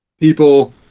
people